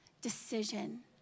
decision